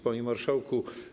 Panie Marszałku!